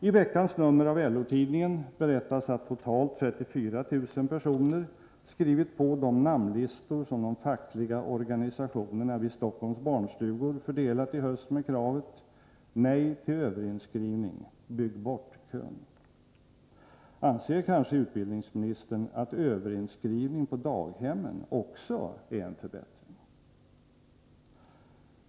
I veckans nummer av LO-tidningen berättas att totalt 34 000 personer skrivit på de namnlistor som de fackliga organisationerna vid Stockholms barnstugor fördelat i höst med kravet: Nej till överinskrivning —- bygg bort kön! Anser kanske utbildningsministern att överinskrivning på daghemmen också är en förbättring?